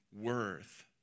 worth